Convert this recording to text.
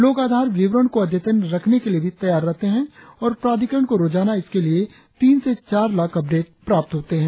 लोग आधार विवरण को अद्यतन रखने के लिए भी तैयार रहते हैं और प्राधिकरण को रोजाना इसके लिए तीन से चार लाख अपडेट प्राप्त होते हैं